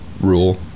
rule